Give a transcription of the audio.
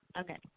Okay